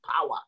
power